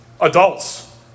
Adults